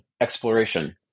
exploration